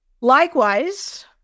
Likewise